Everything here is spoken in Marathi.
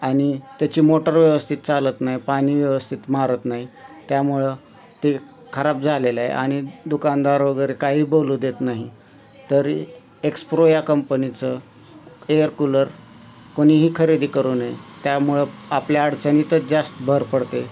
आणि त्याची मोटर व्यवस्थित चालत नाही पाणी व्यवस्थित मारत नाही त्यामुळं ते खराब झालेलं आहे आणि दुकानदार वगैरे काहीही बोलू देत नाही तरी एक्सप्रो या कंपनिचं एअर कुलर कोणीही खरेदी करू नये त्यामुळं आपल्या अडचणींतच जास्त भर पडते आहे